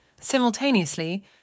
Simultaneously